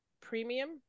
Premium